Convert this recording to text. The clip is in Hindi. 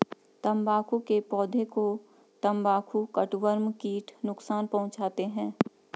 तंबाकू के पौधे को तंबाकू कटवर्म कीट नुकसान पहुंचाते हैं